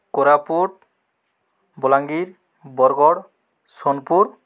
Koraput Balangir Bargarh Sonepur